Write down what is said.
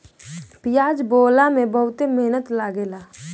पियाज बोअला में बहुते मेहनत लागेला